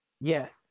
Yes